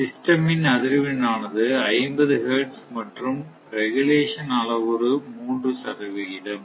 system இன் அதிர்வெண் ஆனது 50 Hz மற்றும் ரெகுலசன் அளவுரு 3 சதவிகிதம்